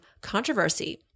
controversy